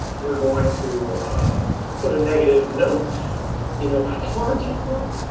we're going to put a negative note in their performance report.